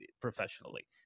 professionally